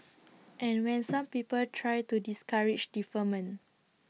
and when some people tried to discourage deferment